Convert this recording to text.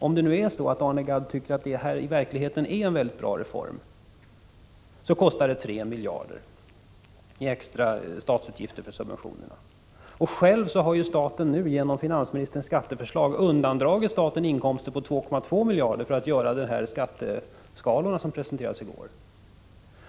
Om nu Arne Gadd tycker att det här i verkligheten är en väldigt bra reform, så bör han tänka på att kostnaden för nästa år, då steg ett skall tas, blir 3 miljarder i extra statsutgifter för subventionerna. Genom finansministerns skatteförslag har ju staten undandragits inkomster på 2,2 miljarder kronor — det är det belopp som krävs för att genomföra förslaget om ändrade skatteskalor som presenterades i går.